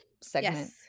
segment